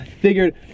figured